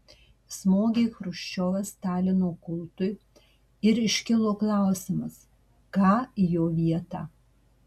smogė chruščiovas stalino kultui ir iškilo klausimas ką į jo vietą